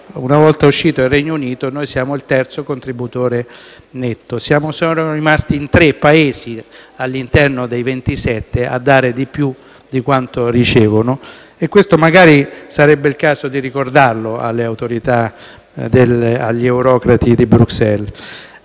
Una volta uscito il Regno Unito, saremo il terzo contributore netto. Siamo rimasti solo in tre Paesi all'interno dei 27 a dare di più di quanto ricevono. Questo sarebbe il caso di ricordarlo alle autorità e agli eurocrati di Bruxelles.